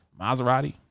Maserati